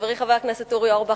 חברי חבר הכנסת אורי אורבך,